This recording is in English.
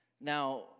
Now